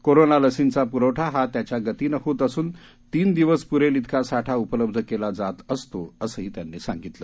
corona लसींचा प्रवठा हा त्याच्या गतीनं होत असून तीन दिवस प्रेल तिका साठा उपलब्ध केला जात असतो असंही त्यांनी सांगितलं